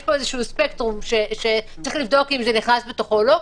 יש איזה שהוא ספקטרום שצריך לבדוק אם זה נכנס בתוכו או לא.